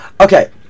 okay